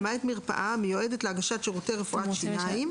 למעט מרפאה המיועדת להגשת שירותי רפואת שיניים